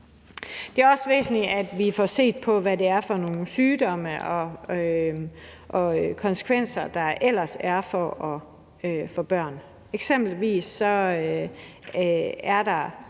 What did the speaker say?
Det er også væsentligt, at vi får set på, hvad det er for nogle sygdomme, der ellers har konsekvenser i